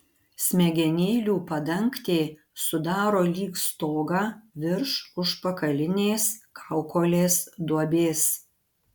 smegenėlių padangtė sudaro lyg stogą virš užpakalinės kaukolės duobės